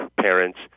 parents